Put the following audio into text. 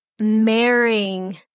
marrying